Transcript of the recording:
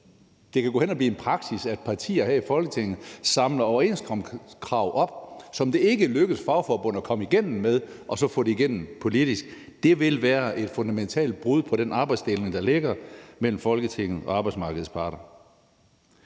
det kan gå hen at blive praksis, at partier her i Folketinget samler overenskomstkrav op, som det ikke lykkedes fagforbund at komme igennem med, og så få det igennem politisk. Det vil være et fundamentalt brud på den arbejdsdeling, der ligger mellem Folketinget og arbejdsmarkedets parter.